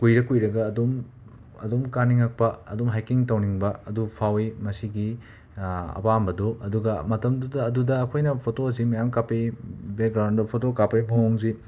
ꯀꯨꯏꯔ ꯀꯨꯏꯔꯒ ꯑꯗꯨꯝ ꯑꯗꯨꯝ ꯀꯥꯅꯤꯡꯉꯛꯄ ꯑꯗꯨꯝ ꯍꯥꯏꯀꯤꯡ ꯇꯧꯅꯤꯡꯕ ꯑꯗꯨ ꯐꯥꯎꯏ ꯃꯁꯤꯒꯤ ꯑꯄꯥꯝꯕꯗꯨ ꯑꯗꯨꯒ ꯃꯇꯝꯗꯨꯗ ꯑꯗꯨꯗ ꯑꯩꯈꯣꯏꯅ ꯐꯣꯇꯣꯁꯦ ꯃꯌꯥꯝ ꯀꯥꯞꯄꯛꯏ ꯕꯦꯛꯒ꯭ꯔꯥꯎꯟꯗ ꯐꯣꯇꯣ ꯀꯥꯞꯄꯒꯤ ꯃꯑꯣꯡꯁꯤ